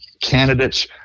candidates